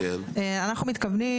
אנחנו מתכוונים